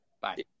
Bye